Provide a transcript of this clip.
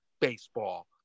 baseball